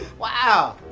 wow!